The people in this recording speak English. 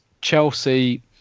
Chelsea